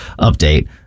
update